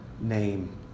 name